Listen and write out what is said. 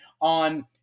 on –